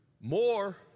more